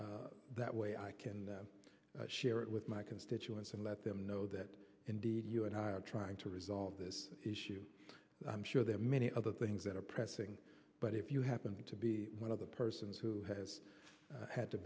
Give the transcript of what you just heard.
response that way i can them share it with my constituents and let them know that indeed you and i are trying to resolve this issue i'm sure there are many other things that are pressing but if you happen to be one of the persons who has had to